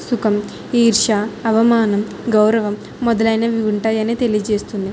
సుఖం ఈర్ష్య అవమానం గౌరవం మొదలైనవి ఉంటాయని తెలియజేస్తుంది